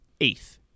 eighth